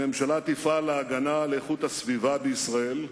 הממשלה תפעל להגנה על איכות הסביבה בישראל,